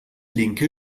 linke